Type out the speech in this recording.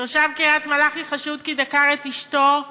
תושב קריית-מלאכי חשוד כי דקר את אשתו,